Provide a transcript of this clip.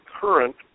current